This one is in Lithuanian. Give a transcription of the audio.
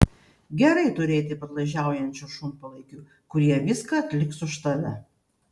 gerai turėti padlaižiaujančių šunpalaikių kurie viską atliks už tave